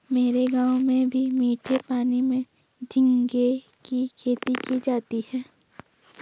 मेरे गांव में भी मीठे पानी में झींगे की खेती की जाती है